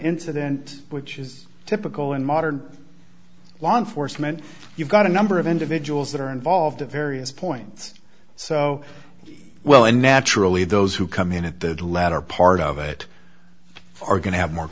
incident which is typical in modern law enforcement you've got a number of individuals that are involved at various points so well and naturally those who come in at the latter part of it are going to have more